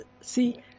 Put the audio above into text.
see